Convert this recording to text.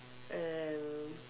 and